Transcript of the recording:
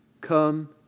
come